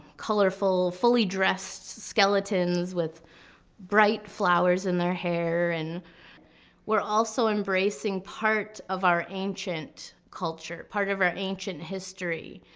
colorful, fully dressed skeletons with bright flowers in their hair. and we're also embracing part of our ancient culture, part of our ancient history,